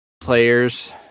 players